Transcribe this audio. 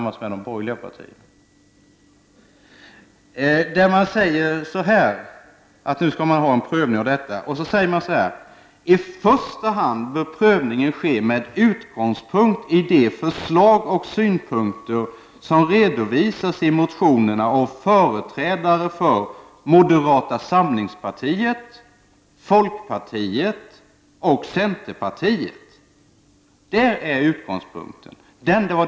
Man säger så här om prövningen av de kulturpolitiska målen: ”I första hand bör prövningen ske med utgångspunkt i de förslag och synpunkter som redovisas i motionerna av företrädare för moderata samlingspartiet, folkpartiet och centerpartiet.” Detta är utgångspunkten.